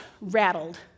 rattled